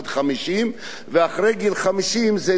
ואחרי גיל 50 זה נהיה פחות.